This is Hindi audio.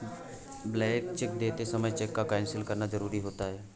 ब्लैंक चेक देते समय चेक को कैंसिल करना जरुरी होता है